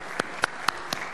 (מחיאות כפיים)